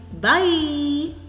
Bye